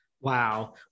Wow